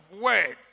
words